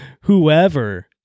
whoever